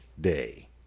Day